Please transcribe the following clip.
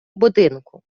будинку